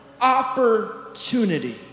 opportunity